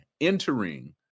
entering